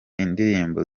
indirimbo